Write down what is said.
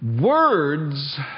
words